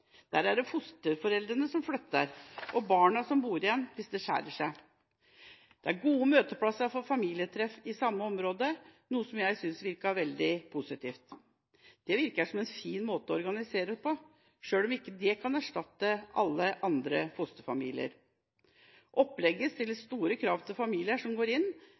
Der er det fosterforeldrene som flytter, og barna som bor igjen, hvis det skjærer seg. Det er gode møteplasser for familietreff i samme område, noe som jeg syntes virket veldig positivt. Det virker som en fin måte å organisere det på, selv om det ikke kan erstatte alle andre fosterfamilier. Opplegget stiller store krav til familier som går inn,